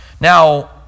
Now